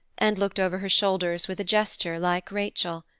and looked over her shoulders with a gesture like rachel.